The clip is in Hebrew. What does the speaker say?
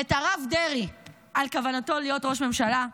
את הרב דרעי על כוונתו להיות ראש ממשלה,